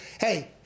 hey